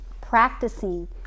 practicing